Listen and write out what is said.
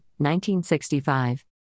1965